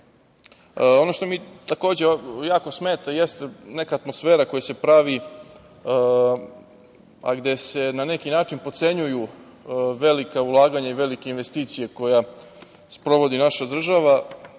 što mi takođe jako smeta jeste neka atmosfera koja se pravi, a gde se na neki način potcenjuju velika ulaganja i velike investicije koje sprovodi naša država.